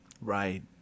right